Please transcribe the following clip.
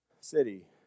city